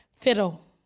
fiddle